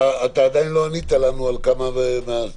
עדיין לא ענית לנו על כמה מהשאלות.